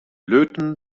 löten